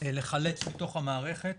לחלץ מתוך המערכת